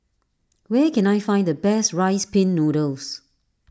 where can I find the best Rice Pin Noodles